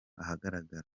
ahagaragara